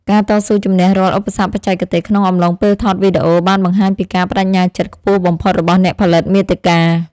ការតស៊ូជំនះរាល់ឧបសគ្គបច្ចេកទេសក្នុងអំឡុងពេលថតវីដេអូបានបង្ហាញពីការប្តេជ្ញាចិត្តខ្ពស់បំផុតរបស់អ្នកផលិតមាតិកា។